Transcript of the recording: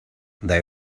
they